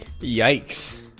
Yikes